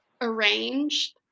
arranged